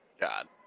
God